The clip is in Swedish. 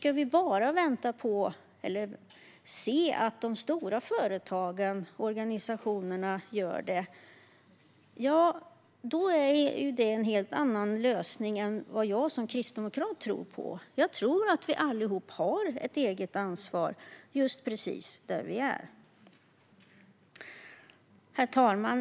Att bara se det som någonting som stora företag och organisationer ska göra är en helt annan lösning än vad jag som kristdemokrat tror på - jag tror nämligen att vi alla har ett eget ansvar just precis där vi är. Herr talman!